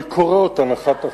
אני קורא אותן אחת-אחת,